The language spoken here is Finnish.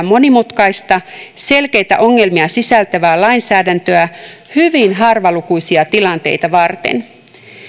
monimutkaista selkeitä ongelmia sisältävää lainsäädäntöä hyvin harvalukuisia tilanteita varten